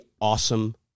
awesome